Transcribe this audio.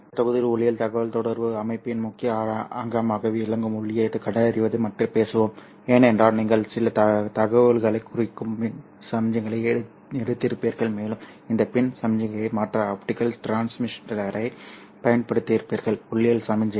இந்த தொகுதியில் ஒளியியல் தகவல்தொடர்பு அமைப்பின் முக்கிய அங்கமாக விளங்கும் ஒளியைக் கண்டறிவது பற்றி பேசுவோம் ஏனென்றால் நீங்கள் சில தகவல்களைக் குறிக்கும் மின் சமிக்ஞையை எடுத்திருப்பீர்கள் மேலும் இந்த மின் சமிக்ஞையை மாற்ற ஆப்டிகல் டிரான்ஸ்மிட்டரைப் பயன்படுத்தியிருப்பீர்கள் ஒளியியல் சமிக்ஞை